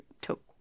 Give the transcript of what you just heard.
took